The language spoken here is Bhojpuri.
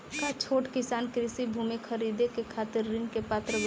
का छोट किसान कृषि भूमि खरीदे के खातिर ऋण के पात्र बा?